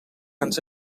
ens